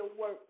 work